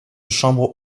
chambre